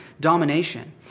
domination